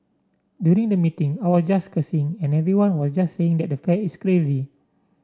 during the meeting I was just cursing and everyone was just saying that the fare is crazy